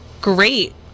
Great